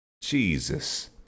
Jesus